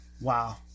Wow